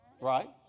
right